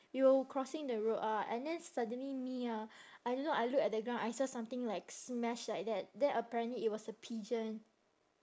we were crossing the road ah and then suddenly me ah I don't know I look at the ground I saw something like smashed like that then apparently it was a pigeon